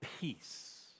peace